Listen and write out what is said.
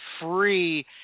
free –